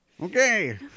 Okay